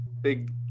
big